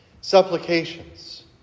Supplications